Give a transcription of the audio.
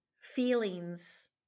feelings